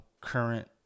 current